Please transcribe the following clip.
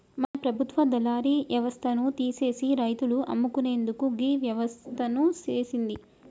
మన ప్రభుత్వ దళారి యవస్థను తీసిసి రైతులు అమ్ముకునేందుకు గీ వ్యవస్థను సేసింది